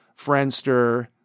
Friendster